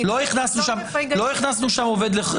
לא הכנסנו שם עובד סוציאלי לחוק נוער.